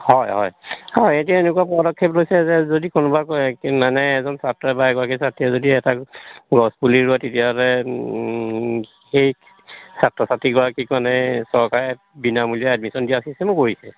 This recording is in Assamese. হয় হয় হয় এতিয়া এনেকুৱা পদক্ষেপ লৈছে যে যদি কোনোবা কয় মানে এজন ছাত্ৰ বা এগৰাকী ছাত্ৰীয়ে যদি এটা গছ পুলি ৰোৱে তেতিয়াহ'লে সেই ছাত্ৰ ছাত্ৰীগৰাকীক মানে চৰকাৰে বিনামূলীয়া এডমিশ্য়ন দিয়া চিষ্টেমো কৰিছে